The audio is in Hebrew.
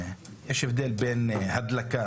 יש הבדל בין הדלקה,